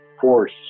force